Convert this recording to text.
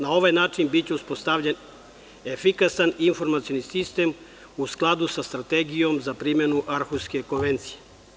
Na ovaj način, biće uspostavljen efikasan informacioni sistem u skladu sa strategijom za primenu Arhuske konvencije.